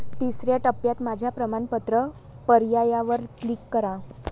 तिसर्या टप्प्यात माझ्या प्रमाणपत्र पर्यायावर क्लिक करा